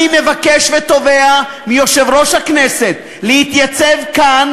אני מבקש ותובע מיושב-ראש הכנסת להתייצב כאן